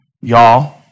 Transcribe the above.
y'all